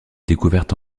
découverte